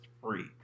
free